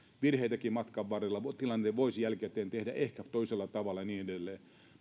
virheitäkin matkan varrella tilanteen voisi jälkikäteen tehdä ehkä toisella tavalla ja niin edelleen